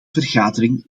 vergadering